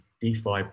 DeFi